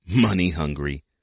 money-hungry